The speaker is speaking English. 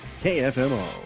KFMO